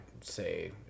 say